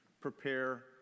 prepare